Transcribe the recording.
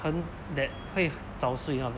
很 that 会早睡那种